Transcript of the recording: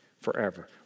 forever